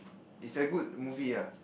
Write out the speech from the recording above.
it's a good movie ah